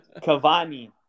Cavani